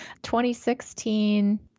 2016